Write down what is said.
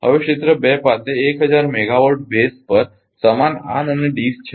હવે ક્ષેત્ર 2 પાસે 5000 મેગાવાટ બેઝ પર સમાન આર અને ડી છે